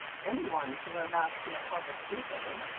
anyone to wear masks in a public school building.